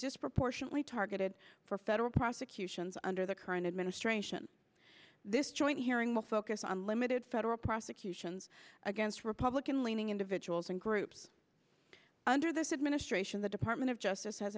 disproportionately targeted for federal prosecutions under the current administration this joint hearing will focus on limited federal prosecutions against republican leaning individuals and groups under this administration the department of justice has